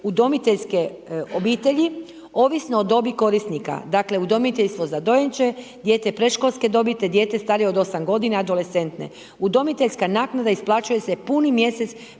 udomiteljske obitelji ovisno o dobi korisnika, dakle, udomiteljstvo za dojenče, dijete predškolske dobi, te dijete starije od 8 godina, adolescentne. Udomiteljska naknada isplaćuje se puni mjesec